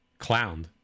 clowned